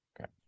Okay